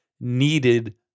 needed